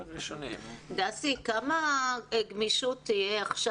כמה גמישות תהיה עכשיו?